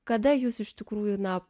kada jūs iš tikrųjų na